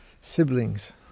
siblings